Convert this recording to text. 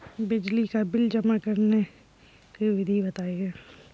बिजली का बिल जमा करने की विधि बताइए?